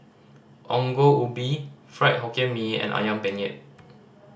Ongol Ubi Fried Hokkien Mee and Ayam Penyet